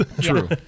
True